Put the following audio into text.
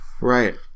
Right